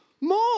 more